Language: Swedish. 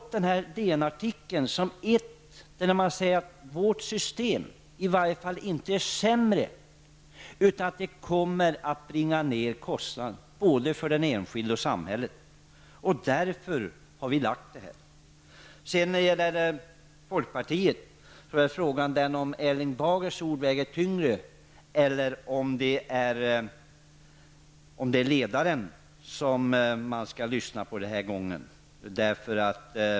I DN artikeln sägs att vårt system i varje fall inte är sämre utan att det kommer bringa ned kostnaden både för den enskilde och för samhället, och det är därför vi har lagt fram det. När det gäller folkpartiet är frågan om Erling Bagers ord väger tyngre eller om det är partiledaren man skall lyssna på den här gången.